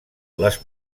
les